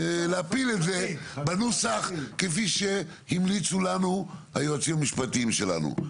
להפיל את זה בנוסח כפי שהמליצו לנו היועצים המשפטיים שלנו.